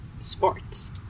sports